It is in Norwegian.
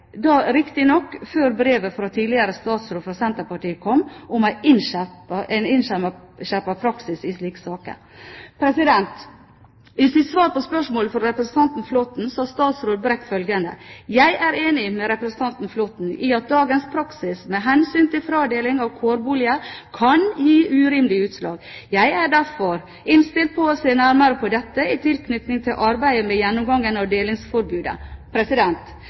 da riktignok før brevet fra tidligere statsråd fra Senterpartiet kom om en innskjerpet praksis i slike saker. I sitt svar på spørsmålet fra representanten Flåtten sa statsråd Brekk følgende: «Jeg er enig med representanten Flåtten i at dagens praksis med hensyn til fradeling av kårboliger kan gi urimelig utslag. Jeg er derfor innstilt på å se nærmere på dette i tilknytning til arbeidet med gjennomgangen av delingsforbudet.»